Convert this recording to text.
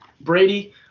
Brady –